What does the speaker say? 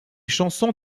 chansons